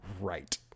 right